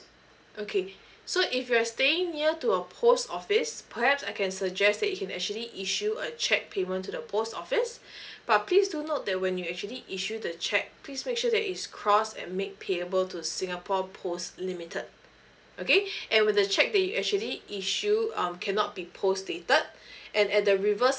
okay so if you're staying near to a post office perhaps I can suggest that you can actually issue a cheque payment to the post office but please do note that when you actually issue the cheque please make sure that it's crossed at make payable to singapore post limited okay and with the cheque that you actually issue um cannot be post dated and at the reverse